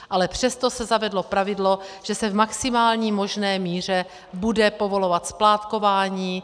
Ale přesto se zavedlo pravidlo, že se v maximální možné míře bude povolovat splátkování.